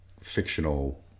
fictional